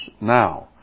now